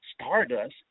stardust